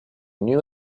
knew